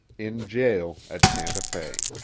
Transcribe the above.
in jail at santa fe.